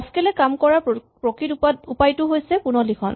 Haskell এ কাম কৰা প্ৰকৃত উপায়টো হৈছে পুণঃলিখন